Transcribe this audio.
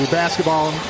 basketball